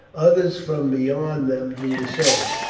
others from beyond them do the same,